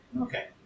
Okay